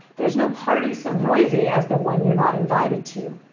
there's no party so noisy as the one you're not invited to.